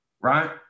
Right